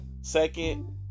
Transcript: Second